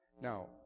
Now